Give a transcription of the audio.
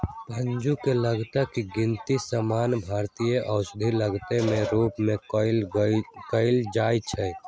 पूंजी के लागत के गिनती सामान्य भारित औसत लागत के रूप में कयल जाइ छइ